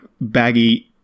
baggy